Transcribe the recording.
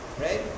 right